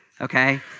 okay